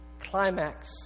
climax